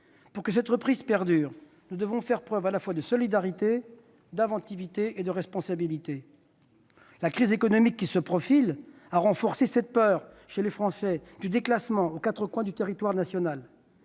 Pour que cette reprise perdure, nous devons faire preuve à la fois de solidarité, d'inventivité et de responsabilité. La crise économique qui se profile a renforcé, chez les Français, cette peur du déclassement aux quatre coins du territoire national.